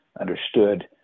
understood